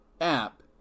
app